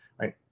right